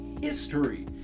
history